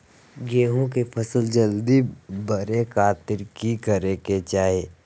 गेहूं के फसल जल्दी बड़े खातिर की करे के चाही?